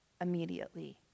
immediately